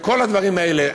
וכל הדברים האלה,